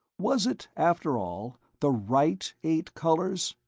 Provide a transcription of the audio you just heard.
was it, after all, the right eight colors?